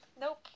nope